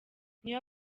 niyo